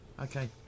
Okay